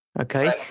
okay